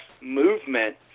movement